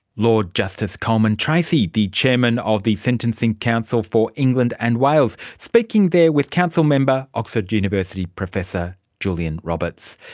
lord justice colman treacy, the chairman of the sentencing council for england and wales, speaking there with council member oxford university professor julian roberts.